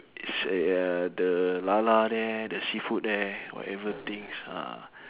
is at uh the lala there the seafood there whatever things ah